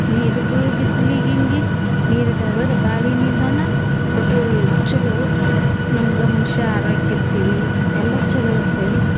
ನೀರು ಬು ಬಿಸ್ಲಿಗೆ ಇಂಗಿ ನೀರು ಬಾವಿ ನೀರನ್ನು ಒಟ್ಟು ಚಲೋ ಉತ್ ನಮ್ಗೆ ಮನುಷ್ಯ ಆರೋಗ್ಯ ಇರ್ತೀವಿ ಎಲ್ಲ ಚಲೋ ಇರ್ತೇವೆ